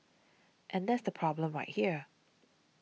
and that's the problem right there